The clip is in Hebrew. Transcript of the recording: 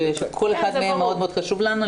שכל אחד מהם מאוד מאוד חשוב לנו,